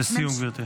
לסיום, גברתי.